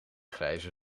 grijze